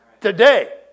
today